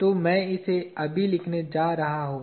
तो मैं इसे अभी लिखने जा रहा हूँ